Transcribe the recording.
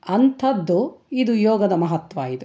ಅಂಥದ್ದು ಇದು ಯೋಗದ ಮಹತ್ವ ಇದು